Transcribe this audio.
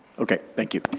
okay, thank you.